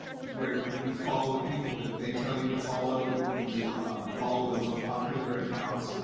where you follow the people that they tell you to follow, you follow the most popular accounts.